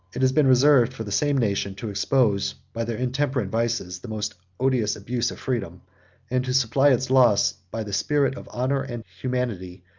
it has been reserved for the same nation to expose, by their intemperate vices, the most odious abuse of freedom and to supply its loss by the spirit of honor and humanity,